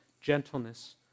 gentleness